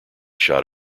shot